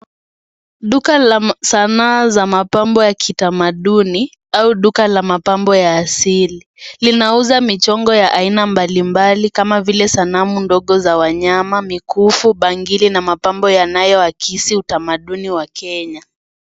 Duka la sanaa za mapambo ya kitamaduni au duka la mapambo ya asili. Linauza michongo ya aina mbalimbali kama vile, sanamu ndogo za wanyama, mikufu, bangili na mapambo yanayoakisi utamaduni wa Kenya.